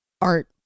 art